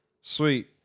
Sweet